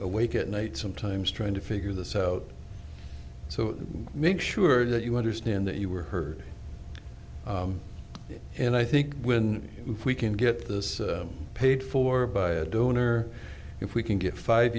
awake at night sometimes trying to figure this out so make sure that you understand that you were heard and i think when if we can get this paid for by a donor if we can get five